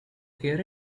here